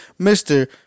Mr